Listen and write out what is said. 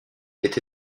est